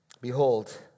Behold